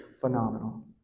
phenomenal